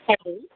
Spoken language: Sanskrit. हरिः ओम्